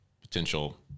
potential